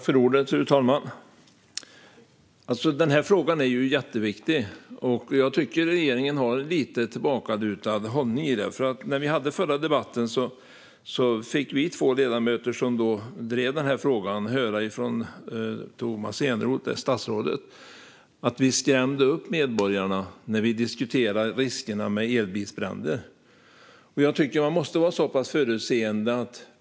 Fru talman! Den här frågan är jätteviktig, och jag tycker att regeringen har en lite tillbakalutad hållning i den. När vi hade den förra debatten fick vi två ledamöter som då drev frågan höra från statsrådet Tomas Eneroth att vi skrämde upp medborgarna när vi diskuterade riskerna med elbilsbränder. Jag tycker att man måste vara förutseende.